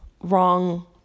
wrong